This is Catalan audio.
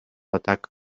atac